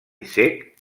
cec